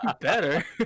Better